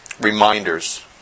reminders